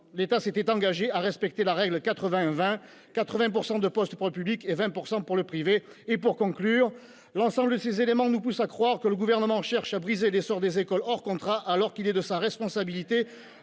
l'État s'était engagé à respecter la règle des 80-20 : 80 % de postes pour le public et 20 % pour le privé. Pour conclure, je tiens à dire que l'ensemble de ces éléments nous poussent à croire que le Gouvernement cherche à briser l'essor des écoles hors contrat, alors qu'il est de sa responsabilité